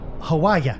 hawaii